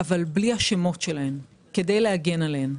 אבל בלי השמות שלהן כדי להגן עליהן.